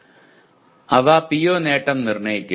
അവ PO നേട്ടം നിർണ്ണയിക്കും